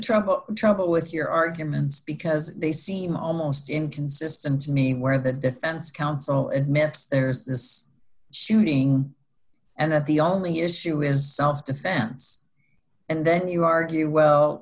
trouble trouble with your arguments because they seem almost inconsistent to me where the defense counsel admits there is shooting and that the only issue is self defense and then you argue well